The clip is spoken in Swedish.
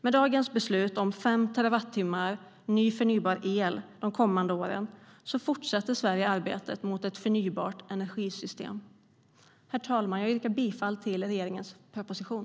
Med dagens beslut om fem terawattimmar mer förnybar el de kommande åren fortsätter Sverige arbetet mot ett förnybart energisystem. Herr talman! Jag yrkar bifall till regeringens proposition.